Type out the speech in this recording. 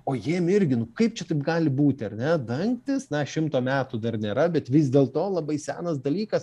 o jiem irgi nu kaip čia taip gali būti ar ne dangtis na šimto metų dar nėra bet vis dėl to labai senas dalykas